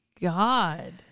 god